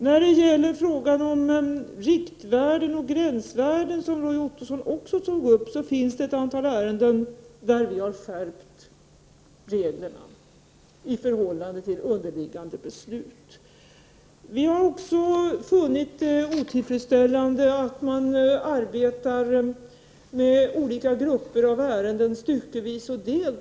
När det gäller frågan om riktvärden och gränsvärden, som Roy Ottosson också tog upp, finns det ett antal fall där vi har skärpt reglerna i förhållande till underliggande beslut. Vidare har vi funnit det vara otillfredsställande att man arbetar med olika ärenden styckevis och delt.